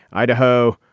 idaho,